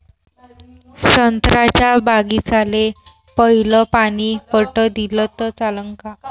संत्र्याच्या बागीचाले पयलं पानी पट दिलं त चालन का?